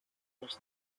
was